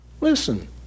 Listen